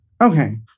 Okay